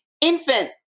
infant